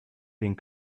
being